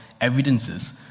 evidences